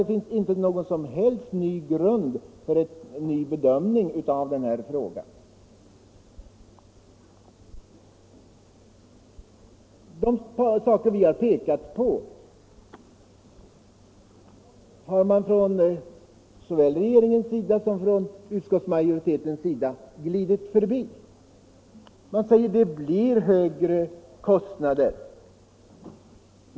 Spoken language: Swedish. Det finns därför ingen som helst grund för en ny bedömning av denna fråga. De saker som vi har pekat på har såväl regeringen som utskottsmajoriteten glidit förbi. Man säger att det blir högre kostnader.